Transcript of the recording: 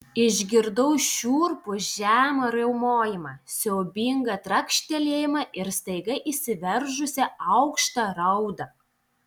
išgirdau šiurpų žemą riaumojimą siaubingą trakštelėjimą ir staiga išsiveržusią aukštą raudą